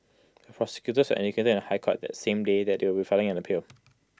the prosecutors had indicated in the High Court that same day that they would be filing an appeal